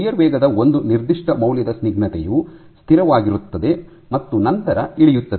shear ವೇಗದ ಒಂದು ನಿರ್ದಿಷ್ಟ ಮೌಲ್ಯದ ಸ್ನಿಗ್ಧತೆಯು ಸ್ಥಿರವಾಗಿರುತ್ತದೆ ಮತ್ತು ನಂತರ ಇಳಿಯುತ್ತದೆ